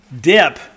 dip